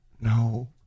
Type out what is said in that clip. no